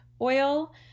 oil